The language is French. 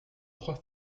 trois